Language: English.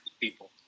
people